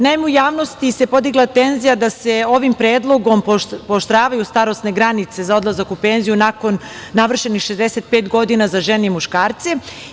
Naime, u javnosti se podigla tenzija da se ovim predlogom pooštravaju starosne granice za odlazak u penziju nakon navršenih 65 godina za žene i muškarce.